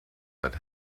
that